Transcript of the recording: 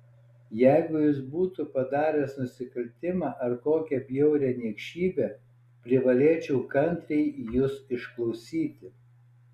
jeigu jis būtų padaręs nusikaltimą ar kokią bjaurią niekšybę privalėčiau kantriai jus išklausyti